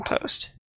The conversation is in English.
post